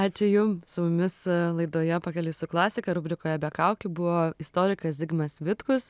ačiū jum su mumis laidoje pakeliui su klasika rubrikoje be kaukių buvo istorikas zigmas vitkus